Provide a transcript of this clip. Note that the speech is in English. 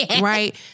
right